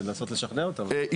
לנסות לשכנע אותם.